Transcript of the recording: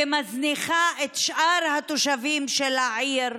ומזניחה את שאר התושבים של העיר,